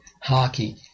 hockey